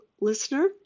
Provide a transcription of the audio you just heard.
listener